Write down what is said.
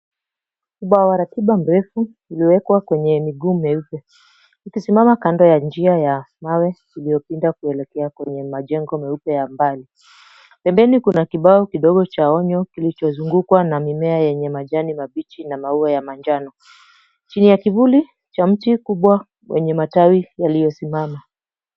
Ubao wa ratiba mrefu umewekwa kwenye miguu meupe ikisimama kando ya njia ya mawe uliopinda kuelekea kwenye majengo meupe ya mbali. Pembeni kuna kibao kidogo cha onyo kilichozungukwa na mimea yenye majani mabichi na maua ya manjano. Chini ya kivuli cha mti mkubwa wenye matawi yaliyosimama.